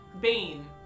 Bane